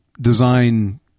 design